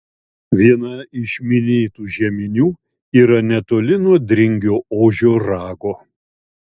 viena iš minėtų žeminių yra netoli nuo dringio ožio rago